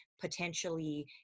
potentially